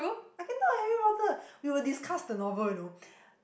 I can talk the Harry-Potter we will discuss the novel you know